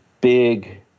big